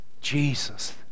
Jesus